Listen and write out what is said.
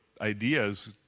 ideas